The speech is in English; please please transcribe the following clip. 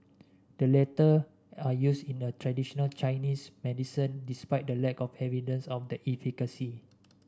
the latter are used in the traditional Chinese medicine despite the lack of evidence of their efficacy